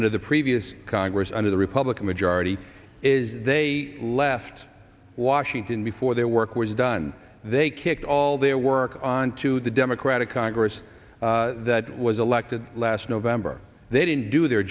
under the previous congress under the republican majority is they left washington before their work was done they kicked all their work onto the democratic congress that was elected last november they didn't do their